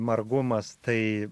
margumas tai